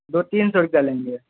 دو تین سو روپیہ لیں گے